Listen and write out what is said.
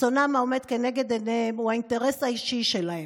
רצונם העומד לנגד עיניהם הוא האינטרס האישי שלהם.